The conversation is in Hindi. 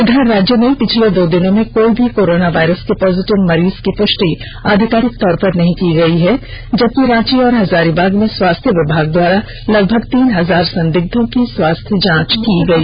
इधर राज्य में पिछले दो दिनों में कोई भी कोरोना वायरस के पॉजिटिव मरीज की पुष्टि अधिकारिक तौर पर नहीं की गई है जबकि रांची और हजारीबाग में स्वास्थ्य विभाग द्वारा लगभग तीन हजार संदिग्धों की स्वास्थ्य जांच की गई है